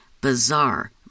bizarre